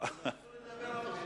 כתוב שאסור לדבר.